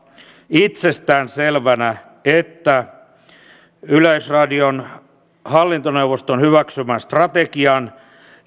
itsestään selvänä että yleisradion hallintoneuvoston hyväksymän strategian